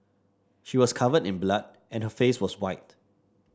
she was covered in blood and her face was white